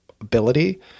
Ability